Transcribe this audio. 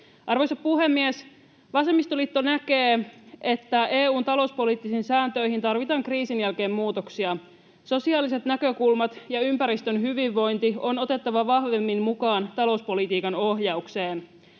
Arvoisa puhemies! Vasemmistoliitto näkee, että EU:n talouspoliittisiin sääntöihin tarvitaan kriisin jälkeen muutoksia. Sosiaaliset näkökulmat ja ympäristön hyvinvointi on otettava vahvemmin mukaan talouspolitiikan ohjaukseen.